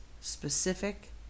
specific